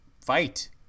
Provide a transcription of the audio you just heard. fight